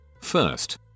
First